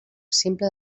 simple